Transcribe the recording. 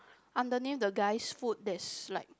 underneath the guy's foot there's like